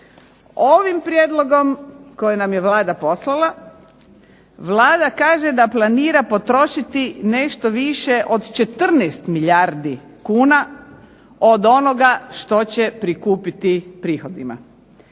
Ovim prijedlogom koji nam je Vlada poslala Vlada kaže da planira potrošiti nešto više od 14 milijardi kuna, od onoga što će prikupiti prihodima.